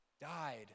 died